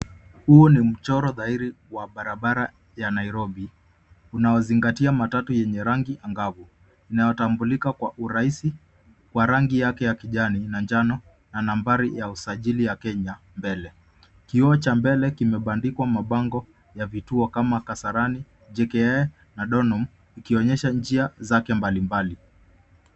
Huu ni mchoro dhahiri wa barabara ya nairobi unaozingatia matatu yenye rangi angavu unaotambulika kwa urahisi kwa rangi yake ya kijani na njano na nambari ya usajili wa kenya mbele . Kioo cha mbele kimebandikwa mabango ya vituo kama kasarani, jkia na donholm ikionyesha njia zake mbalimbali.